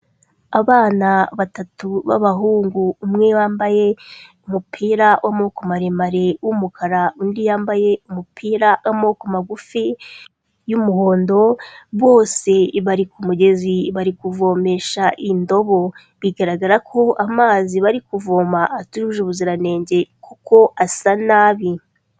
Abana batatu b'abahungu, umwe wambaye umupira w'amaboko maremare w'umukara, undi yambaye umupira w'amaboko magufi y'umuhondo, bose bari ku mugezi bari kuvomesha indobo, bigaragara ko amazi bari kuvoma atujuje ubuziranenge kuko asa nabi.